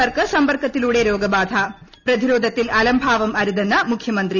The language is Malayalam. പേർക്ക് സമ്പർക്കത്തിലൂടെ രോഗബാധ പ്രതിരോധത്തിൽ അലംഭാവം അരുതെന്ന് മുഖ്യമന്ത്രി